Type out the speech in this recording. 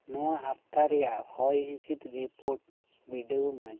ᱱᱚᱣᱟ ᱦᱟᱯᱛᱟ ᱨᱮᱭᱟᱜ ᱦᱚᱭ ᱦᱤᱸᱥᱤᱫ ᱨᱤᱯᱳᱴ ᱵᱤᱰᱟᱹᱣ ᱢᱮ